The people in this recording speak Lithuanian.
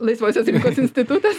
laisvosios rinkos institu